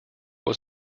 was